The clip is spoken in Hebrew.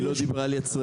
היא לא דיברה על יצרנים.